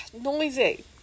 noisy